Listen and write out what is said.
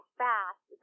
fast